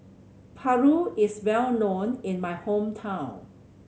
Paru is well known in my hometown